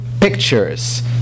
Pictures